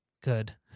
Good